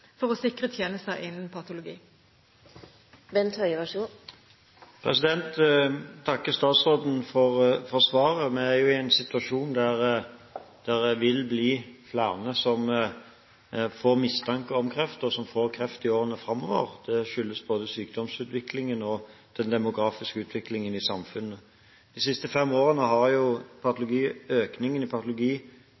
for å sikre tjenester innen patologi. Jeg takker statsråden for svaret. Vi er i en situasjon der det vil bli flere som får mistanke om kreft, og som får kreft i årene framover. Det skyldes både sykdomsutviklingen og den demografiske utviklingen i samfunnet. De siste fem årene har